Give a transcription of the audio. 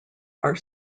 are